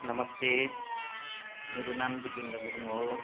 नमस्ते मेरो नाम दीपेन्द्र गुरुङ हो